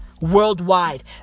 Worldwide